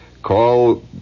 Call